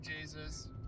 Jesus